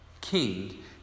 king